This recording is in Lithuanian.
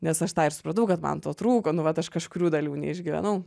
nes aš tą ir supratau kad man to trūko nu aš vat kažkurių dalių neišgyvenau